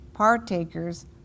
partakers